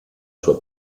sua